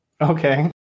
okay